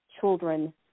children